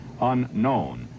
unknown